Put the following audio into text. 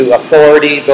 authority